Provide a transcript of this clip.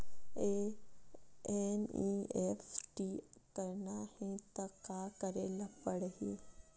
NEFT करना हे त का करे ल पड़हि?